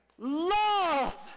love